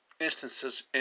instances